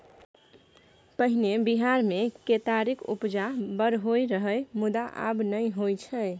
पहिने बिहार मे केतारीक उपजा बड़ होइ रहय मुदा आब नहि होइ छै